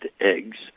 eggs